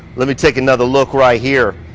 let me take another look right here.